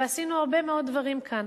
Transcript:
עשינו הרבה מאוד דברים כאן.